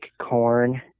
corn